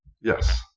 Yes